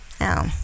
No